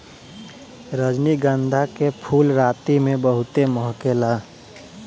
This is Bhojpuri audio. रजनीगंधा के फूल राती में बहुते महके ला